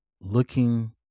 looking